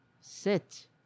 Sit